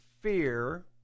fear